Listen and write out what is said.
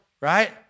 right